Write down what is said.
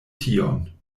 tion